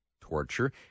torture